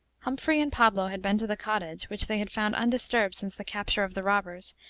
humphrey and pablo had been to the cottage, which they had found undisturbed since the capture of the robbers,